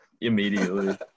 immediately